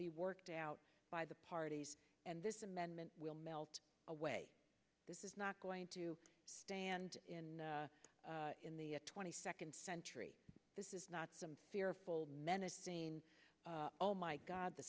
be worked out by the parties and this amendment will melt away this is not going to stand in in the twenty second century this is not some fearful menace seen oh my god the